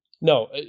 No